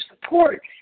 support